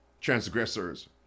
Transgressors